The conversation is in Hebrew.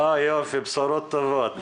אוה, יופי, בשורות טובות.